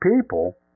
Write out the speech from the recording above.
people